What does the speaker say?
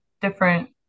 different